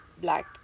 black